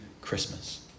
Christmas